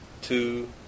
two